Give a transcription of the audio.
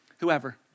Whoever